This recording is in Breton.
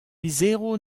lizheroù